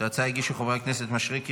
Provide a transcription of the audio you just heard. את ההצעה הגישו חברי הכנסת יונתן מישרקי,